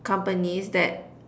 companies that